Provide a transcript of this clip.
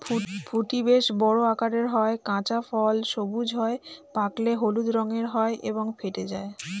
ফুটি বেশ বড় আকারের হয়, কাঁচা ফল সবুজ হয়, পাকলে হলুদ রঙের হয় এবং ফেটে যায়